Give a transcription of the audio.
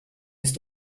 ist